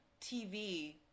TV